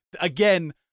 Again